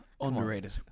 Underrated